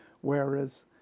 Whereas